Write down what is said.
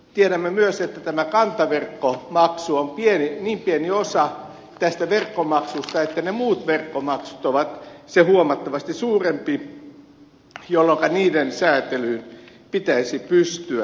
tiedämme myös että tämä kantaverkkomaksu on niin pieni osa tästä verkkomaksusta että ne muut verkkomaksut ovat huomattavasti suurempia jolloinka niiden säätelyyn pitäisi pystyä